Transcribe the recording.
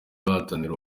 bahatanira